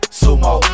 sumo